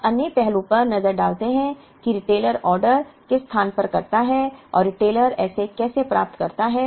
अब अन्य पहलू पर नजर डालते हैं कि रिटेलर ऑर्डर किस स्थान पर करता है और रिटेलर इसे कैसे प्राप्त करता है